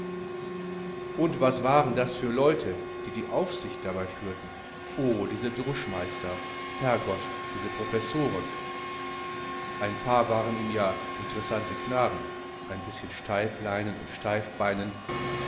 und was waren das für leute die die aufsicht dabei führten oh diese druschmeister herrgott diese professoren ein paar waren ihm ja interessante knaben ein bischen steifleinen und